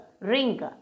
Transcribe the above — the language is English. ring